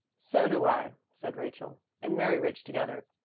so do i, said rachel and mary rich together.